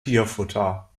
tierfutter